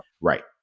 Right